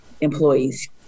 employees